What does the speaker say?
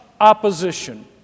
opposition